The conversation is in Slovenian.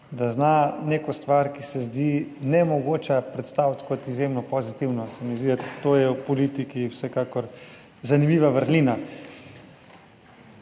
da zna neko stvar, ki se zdi nemogoča, predstaviti kot izjemno pozitivno. Zdi se mi, da je to v politiki vsekakor zanimiva vrlina,